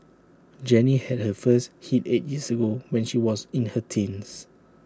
Jenny had her first hit eight years ago when she was in her teens